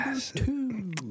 two